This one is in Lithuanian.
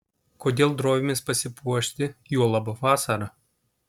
kodėl drovimės pasipuošti juolab vasarą